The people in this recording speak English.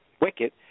wicked